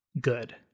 good